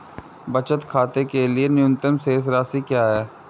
बचत खाते के लिए न्यूनतम शेष राशि क्या है?